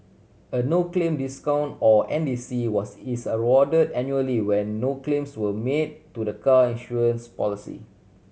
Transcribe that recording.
a no claim discount or N D C was is awarded annually when no claims were made to the car insurance policy